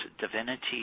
divinity